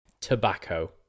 Tobacco